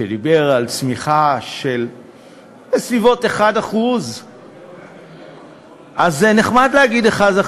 שדיבר על צמיחה של בסביבות 1%. אז זה נחמד להגיד 1%,